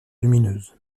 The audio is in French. lumineuses